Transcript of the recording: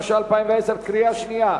התש"ע 2010. קריאה שנייה,